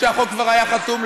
כשהחוק כבר היה חתום,